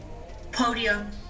Podium